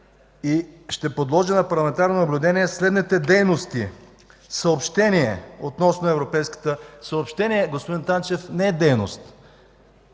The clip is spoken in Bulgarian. и ще подложи на парламентарни наблюдения следните дейности: „съобщение относно европейската...”. Съобщение, господин Танчев, не е дейност.